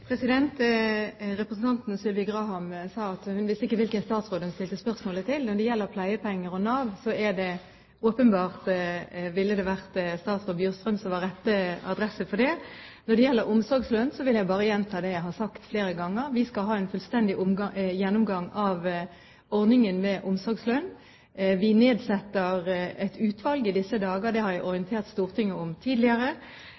Representanten Sylvi Graham sa at hun ikke visste hvilken statsråd hun skulle stille spørsmålet til. Når det gjelder pleiepenger og Nav, er det åpenbart statsråd Bjurstrøm som er rett adresse for det. Når det gjelder omsorgslønn, vil jeg bare gjenta det jeg har sagt flere ganger. Vi skal ha en fullstendig gjennomgang av ordningen med omsorgslønn. Vi nedsetter et utvalg i disse dager. Det har jeg